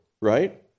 right